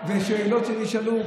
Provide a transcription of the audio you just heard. לשאלות שנשאלו,